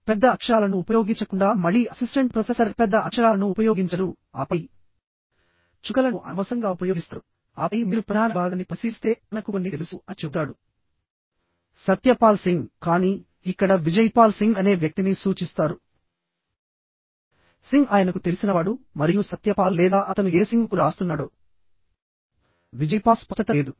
పెద్ద అక్షరాలను ఉపయోగించకుండా మళ్ళీ అసిస్టెంట్ ప్రొఫెసర్ పెద్ద అక్షరాలను ఉపయోగించరు ఆపై చుక్కలను అనవసరంగా ఉపయోగిస్తారు ఆపై మీరు ప్రధాన భాగాన్ని పరిశీలిస్తే తనకు కొన్ని తెలుసు అని చెబుతాడు సత్య పాల్ సింగ్ కానీ ఇక్కడ విజయ్ పాల్ సింగ్ అనే వ్యక్తిని సూచిస్తారు సింగ్ ఆయనకు తెలిసినవాడు మరియు సత్య పాల్ లేదా అతను ఏ సింగ్కు రాస్తున్నాడో విజయ్ పాల్ స్పష్టత లేదు